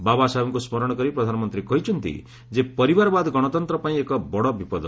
ବାବାସାହେବଙ୍କୁ ସ୍ମରଣ କରି ପ୍ରଧାନମନ୍ତ୍ରୀ କହିଛନ୍ତି ଯେ ପରିବାରବାଦ ଗଣତନ୍ତ୍ର ପାଇଁ ଏକ ବଡ ବିପଦ